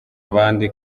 abandi